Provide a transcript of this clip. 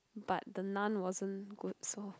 but the the Nun wasn't good so